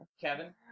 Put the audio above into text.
Kevin